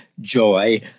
joy